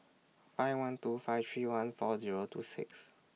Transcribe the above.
five one two five three one four Zero two six